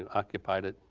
occupied it,